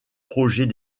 projets